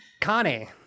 Connie